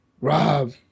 Rob